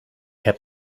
heb